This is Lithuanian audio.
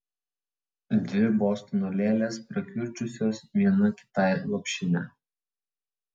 dvi bostono lėlės prakiurdžiusios viena kitai lopšinę